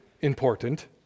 important